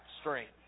strength